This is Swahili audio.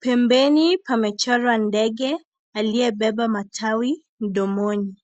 Pembeni pamechorwa ndege aliyebeba matawi mdomoni.